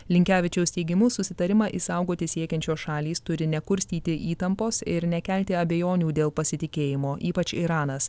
linkevičiaus teigimu susitarimą išsaugoti siekiančios šalys turi nekurstyti įtampos ir nekelti abejonių dėl pasitikėjimo ypač iranas